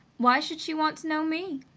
why should she want to know me?